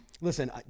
listen